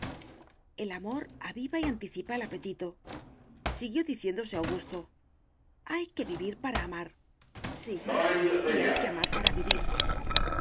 el amor aviva y anticipa el apetitosiguió diciéndose augusto hay que vivir para amar sí y hay que amar para vivir